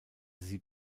sie